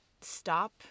stop